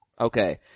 Okay